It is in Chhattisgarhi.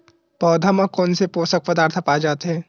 पौधा मा कोन से पोषक पदार्थ पाए जाथे?